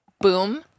boom